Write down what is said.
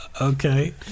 Okay